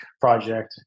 project